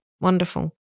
wonderful